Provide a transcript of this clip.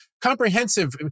comprehensive